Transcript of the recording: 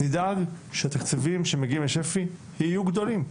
נדאג שהתקציבים שמגיעים לשפ"י יהיו גדולים,